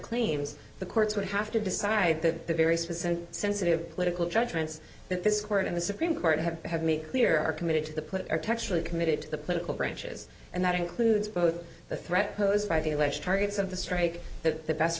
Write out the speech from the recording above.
claims the courts would have to decide that the very specific sensitive political judgments that this court in the supreme court have had made clear are committed to the put texturally committed to the political branches and that includes both the threat posed by the alleged targets of the strike that the best